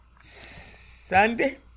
Sunday